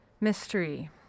mystery